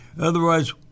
Otherwise